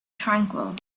tranquil